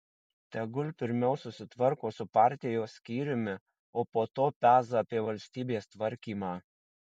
tegul pirmiau susitvarko su partijos skyriumi o po to peza apie valstybės tvarkymą